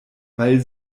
weil